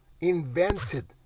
invented